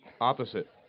opposite